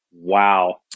Wow